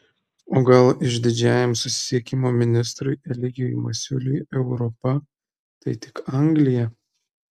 o gal išdidžiajam susisiekimo ministrui eligijui masiuliui europa tai tik anglija